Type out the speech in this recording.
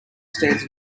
stands